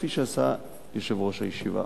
כפי שעשה יושב-ראש הישיבה.